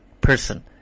person